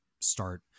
start